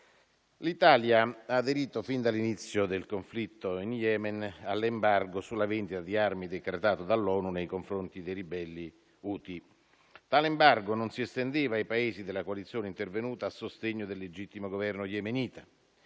L'Italia ha aderito - fin dall'inizio del conflitto in Yemen - all'embargo sulla vendita di armi decretato dall'ONU nei confronti dei ribelli Houthi. Tale embargo non si estendeva ai Paesi della coalizione intervenuta a sostegno del legittimo Governo yemenita.